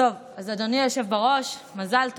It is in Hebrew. אדוני היושב בראש, מזל טוב,